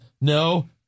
no